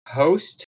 host